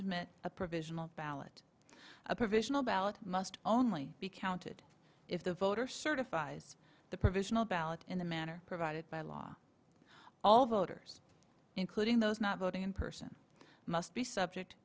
submit a provisional ballot a provisional ballot must only be counted if the voter certifies the provisional ballot in the manner provided by law all voters including those not voting in person must be subject